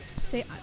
Say